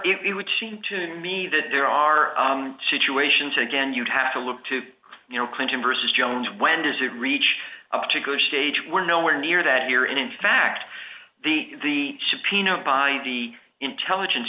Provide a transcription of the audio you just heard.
it would seem to me that there are situations again you have to look to you know clinton versus jones when does it reach a particular stage we're nowhere near that here and in fact the subpoena by the intelligence